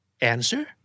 answer